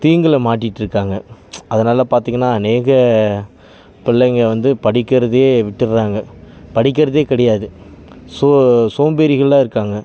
தீங்கில் மாட்டிட்டிருக்காங்க அதனால் பார்த்திங்கன்னா அநேக பிள்ளைங்க வந்து படிக்கிறதையே விட்டுறாங்க படிக்கிறதே கிடையாது ஸோ சோம்பேறிகளாக இருக்காங்க